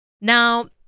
Now